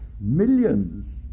Millions